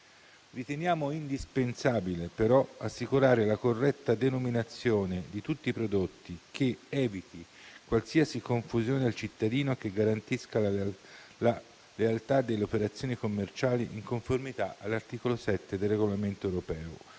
Riteniamo indispensabile, però, assicurare la corretta denominazione di tutti i prodotti che eviti qualsiasi confusione al cittadino e che garantisca la lealtà delle operazioni commerciali, in conformità all'articolo 7 del regolamento europeo